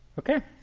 ok?